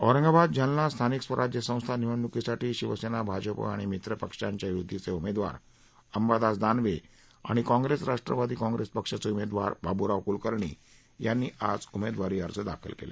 औरंगाबाद जालना स्थानिक स्वराज्य संस्था निवडणुकीसाठी शिवसेना भाजप आणि मित्रपक्षांच्या युतीचे उमेदवार अंबादास दानवे आणि काँग्रेस राष्ट्रवादी काँग्रेस पक्षाचे उमेदवार बाब्राव क्लकर्णी यांनी आज उमेदवारी अर्ज दाखल केला